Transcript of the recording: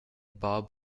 bob